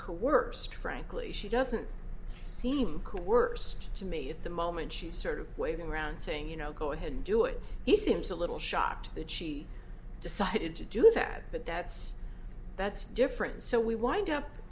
worst frankly she doesn't seem cool worst to me at the moment she's sort of waving around saying you know go ahead and do it he seems a little shocked that she decided to do that but that's that's different so we wind up